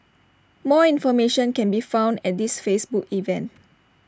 more information can be found at this Facebook event